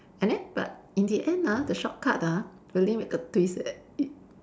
and then but in the end ah the shortcut ah really make a twist eh it